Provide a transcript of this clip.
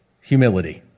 humility